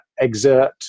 exert